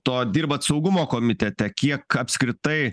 to dirbat saugumo komitete kiek apskritai